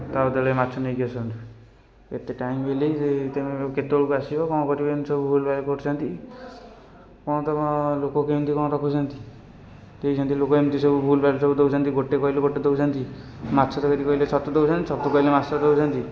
ତା' ବଦଳରେ ମାଛ ନେଇକି ଆସନ୍ତୁ ଏତେ ଟାଇମ୍ ହେଲାଣି ସେ ତେଣୁ କେତେବେଳକୁ ଆସିବ କ'ଣ କରିବ ଏମିତି ସବୁ ଭୁଲଭାଲ କରୁଛନ୍ତି କ'ଣ ତୁମ ଲୋକ କେମିତି କ'ଣ ରଖୁଛନ୍ତି ଦେଇଛନ୍ତି ଲୋକ ଏମିତି ସବୁ ଭୁଲଭାଲ ଏମିତି ଦେଉଛନ୍ତି ଗୋଟେ କହିଲେ ଗୋଟେ ଦେଉଛନ୍ତି ମାଛ ତରକାରୀ କହିଲେ ଛତୁ ଦେଉଛନ୍ତି ଛତୁ ତରକାରୀ କହିଲେ ମାଛ ତରକାରୀ ଦେଉଛନ୍ତି